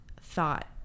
thought